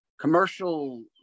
commercial